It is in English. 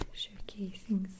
showcasing